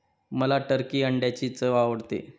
मला टर्की अंड्यांची चव आवडते